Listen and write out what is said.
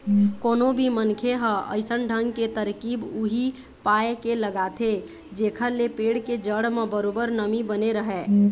कोनो भी मनखे ह अइसन ढंग के तरकीब उही पाय के लगाथे जेखर ले पेड़ के जड़ म बरोबर नमी बने रहय